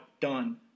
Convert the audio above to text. done